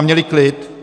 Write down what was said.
Děkuji.